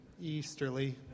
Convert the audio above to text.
easterly